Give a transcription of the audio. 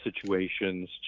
situations